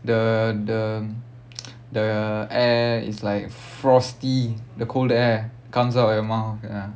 the the the air is like frosty the cold air comes out of your mouth ya